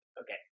Okay